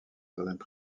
certaines